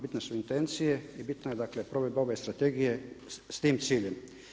Bitne su intencije i bitna je dakle provedba ove strategije s tim ciljem.